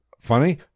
Funny